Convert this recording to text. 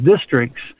districts